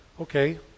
Okay